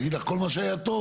להגיד לך על כל מה שהיה טוב?